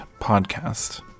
podcast